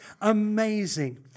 amazing